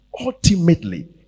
Ultimately